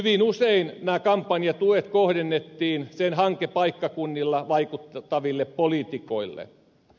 hyvin usein nämä kampanjatuet kohdennettiin sen hankepaikkakunnilla vaikuttaville poliitikoille